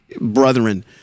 brethren